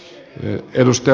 arvoisa puhemies